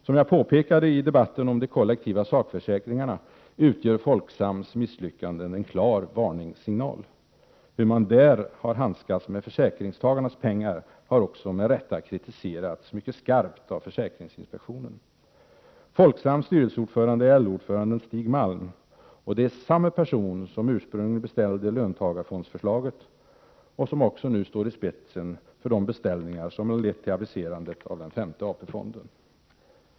Som jag påpekade i debatten om de kollektiva sakförsäkringarna utgör Folksams misslyckanden en klar varningssignal. Hur man där har handskats med försäkringstagarnas pengar har också med rätta kritiserats mycket skarpt av försäkringsinspektionen. Folksams styrelseordförande är LO-ordföranden Stig Malm, och det är samme person som ursprungligen beställde löntagarfondsförslaget. Han står också i spetsen för de beställningar som har lett till aviserandet av den femte AP-fonden.